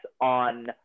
on